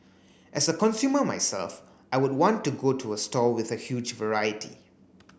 as a consumer myself I would want to go to a store with a huge variety